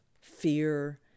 fear